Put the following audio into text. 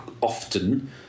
often